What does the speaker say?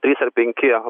trys ar penki